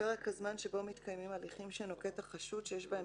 "פרק הזמן שבו מתקיימים הליכים שנוקט החשוד שיש בהם